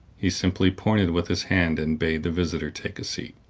he simply pointed with his hand, and bade the visitor take a seat.